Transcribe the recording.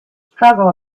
struggle